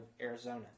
Arizona